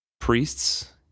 priests